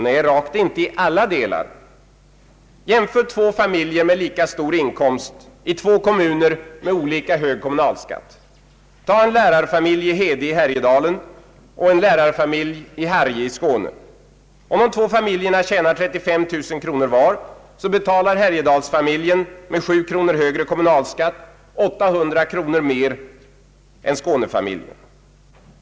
Nej, rakt inte i alla delar. Jämför två familjer med lika stor inkomst i två kommuner med olika hög kommunalskatt! Tag en lärarfamilj i Hede i Härjedalen och en lärarfamilj i Harrie i Skåne! Om de två familjerna tjänar 35000 kronor var betalar Härjedalsfamiljen med sju kronor högre kommunalskatt 800 kronor mer än Skånefamiljen.